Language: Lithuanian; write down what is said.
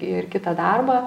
ir kitą darbą